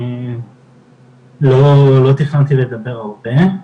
לא תכננתי לדבר הרבה.